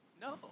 No